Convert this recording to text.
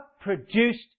produced